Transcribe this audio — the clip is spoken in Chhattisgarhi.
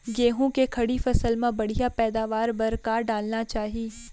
गेहूँ के खड़ी फसल मा बढ़िया पैदावार बर का डालना चाही?